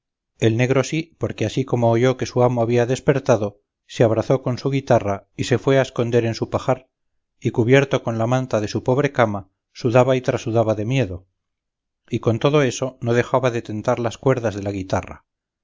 el negro sí porque así como oyó que su amo había despertado se abrazó con su guitarra y se fue a esconder en su pajar y cubierto con la manta de su pobre cama sudaba y trasudaba de miedo y con todo eso no dejaba de tentar las cuerdas de la guitarra